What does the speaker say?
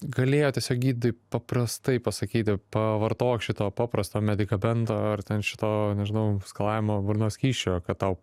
galėjo tiesiog gydytojai paprastai pasakyti pavartok šito paprasto medikamento ar ten šito nežinau skalavimo burnos skysčio kad tau